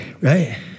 Right